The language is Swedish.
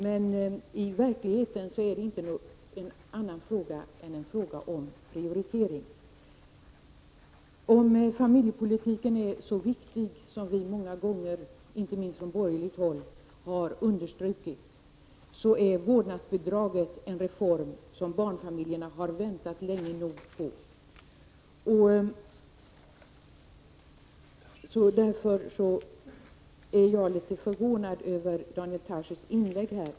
Men i verkligheten är det inte fråga om något annat än prioritering. Om familjepolitiken är så viktig som vi så många gånger har uttalat, inte minst från borgerligt håll, så är vårdnadsbidraget en reform som barnfamiljerna har väntat länge nog på. Därför är jag litet förvånad över Daniel Tarschys inlägg här.